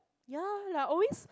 ya like always